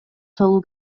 салуу